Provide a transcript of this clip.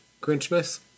Grinchmas